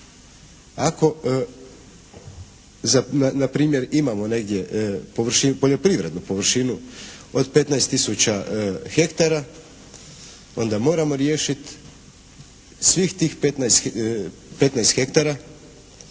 Ako na primjer imamo negdje površinu poljoprivrednu površinu od 15 tisuća hektara onda moramo riješiti svih tih 15 hektara